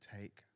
take